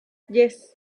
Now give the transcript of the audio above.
yes